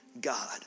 God